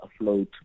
afloat